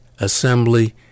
assembly